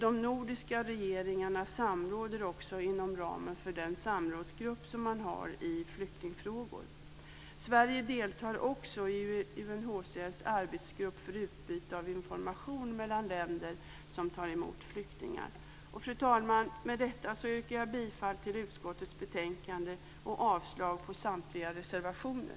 De nordiska regeringarna samråder också inom ramen för den samrådsgrupp som man har i flyktingfrågor. Sverige deltar också i UNHCR:s arbetsgrupp för utbyte av information mellan länder som tar emot flyktingar. Fru talman! Med detta yrkar jag bifall till utskottets förslag och avslag på samtliga reservationer.